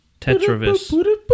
Tetravis